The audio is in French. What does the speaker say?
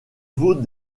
vaut